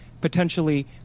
potentially